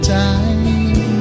time